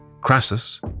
Crassus